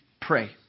pray